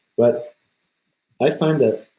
but i find that